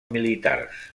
militars